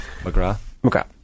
McGrath